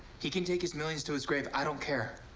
he can take his millions to his grave. i don't care.